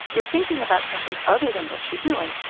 you're thinking about something other than what you're doing,